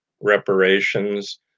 reparations